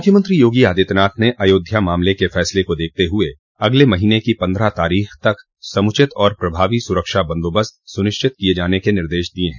मुख्यमंत्री योगी आदित्यनाथ ने अयोध्या मामले के फैसले को देखते हुए अगले महींने की पन्द्रह तारीख तक समुचित और प्रभावी सुरक्षा बन्दोबस्त सुनिश्चित किये जाने के निर्देश दिये हैं